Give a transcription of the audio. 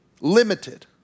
Limited